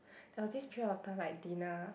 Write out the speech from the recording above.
there was this period of time like dinner